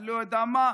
אני לא יודע מה,